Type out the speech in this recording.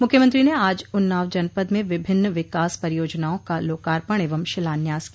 मुख्यमंत्री ने आज उन्नाव जनपद में विभिन्न विकास परियोजनाओं का लोकार्पण एवं शिलान्यास किया